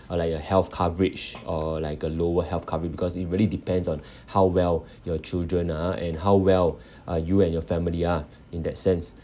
or like a health coverage or like a lower health coverage because it really depends on how well your children are and how well are you and your family are in that sense